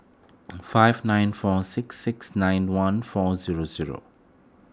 five nine four six six nine one four zero zero